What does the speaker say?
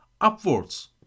upwards